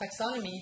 taxonomy